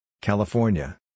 California